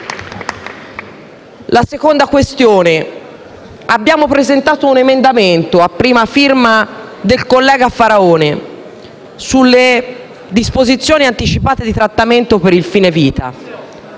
Seconda questione: abbiamo presentato un emendamento, a prima firma del collega Faraone, sulle disposizioni anticipate di trattamento per il fine vita.